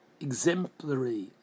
exemplary